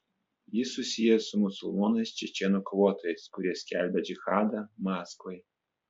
jis susijęs su musulmonais čečėnų kovotojais kurie skelbia džihadą maskvai